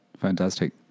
fantastic